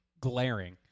glaring